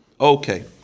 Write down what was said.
Okay